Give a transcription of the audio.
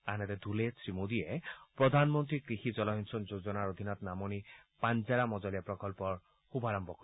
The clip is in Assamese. আনহাতে ধুলেত শ্ৰীমোদীয়ে প্ৰধানমন্ত্ৰী কৃষি জলসিঞ্চন যোজনাৰ অধীনত নামনি পাঞ্জাৰা মজলীয়া প্ৰকল্পৰ শুভাৰম্ভ কৰিব